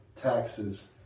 taxes